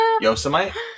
Yosemite